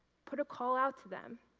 put a call out to them.